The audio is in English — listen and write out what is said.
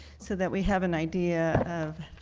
so that we have an idea of